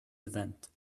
event